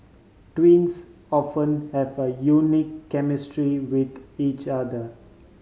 twins often have a unique chemistry with each other